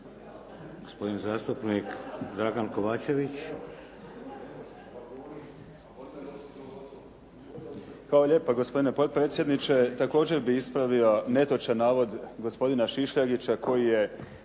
Gospodin zastupnik Dragan Kovačević.